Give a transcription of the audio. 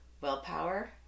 Willpower